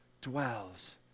dwells